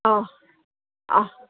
অঁ অঁ